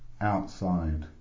outside